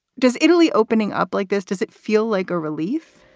does italy opening up like this? does it feel like a relief?